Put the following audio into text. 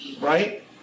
right